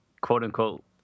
quote-unquote